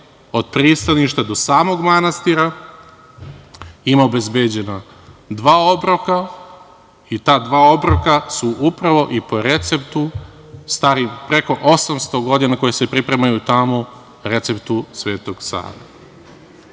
od pristaništa do samog manastira, imaju obezbeđeno dva obroka i ta dva obroka su upravo i po receptu stari preko 800 godina, koji se pripremaju tamo, po receptu Svetog